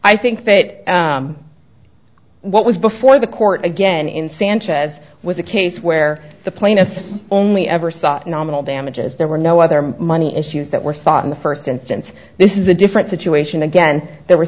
i think that what was before the court again in sanchez was a case where the plaintiff only ever sought nominal damages there were no other money issues that were thought in the first and since this is a different situation again there were